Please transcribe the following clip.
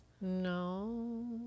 no